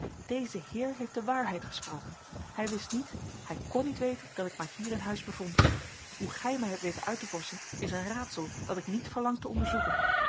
deze heer heeft de waarheid gesproken hij wist niet hij kon niet weten dat ik mij hier in huis bevond hoe gij mij hebt weten uit te vorschen is een raadsel dat ik niet verlang te onderzoeken